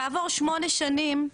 כעבור שמונה שנים,